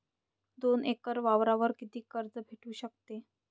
दोन एकर वावरावर कितीक कर्ज भेटू शकते?